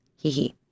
Hee-hee